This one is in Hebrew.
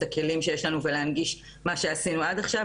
הכלים שיש לנו ולהגיש מה שעשינו עד עכשיו,